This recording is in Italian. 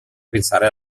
pensare